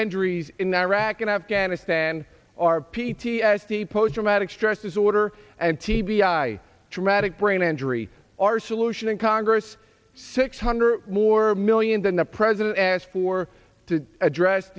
injury in iraq and afghanistan our p t s d post traumatic stress disorder and t b i traumatic brain injury our solution in congress six hundred more million than the president asked for to address